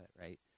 right